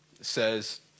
says